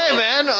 and man, um